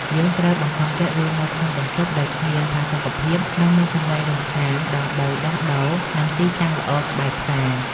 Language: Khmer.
យើងត្រូវបង្ខំចិត្តរស់នៅក្នុងបន្ទប់ដែលគ្មានផាសុកភាពនិងមានសំឡេងរំខាន ដើម្បីដោះដូរនឹងទីតាំងល្អក្បែរផ្សារ។